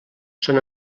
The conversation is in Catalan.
són